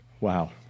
Wow